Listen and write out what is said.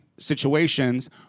situations